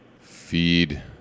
feed